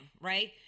right